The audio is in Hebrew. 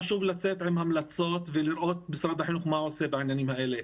חשוב לצאת עם המלצות ולראות מה משרד החינוך עושה בעניינים האלה.